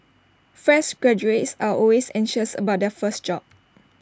fresh graduates are always anxious about their first job